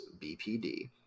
BPD